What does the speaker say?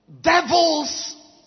devils